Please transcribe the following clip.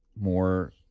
more